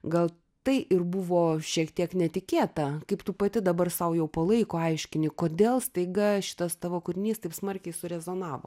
gal tai ir buvo šiek tiek netikėta kaip tu pati dabar sau jau po laiko aiškini kodėl staiga šitas tavo kūrinys taip smarkiai surezonavo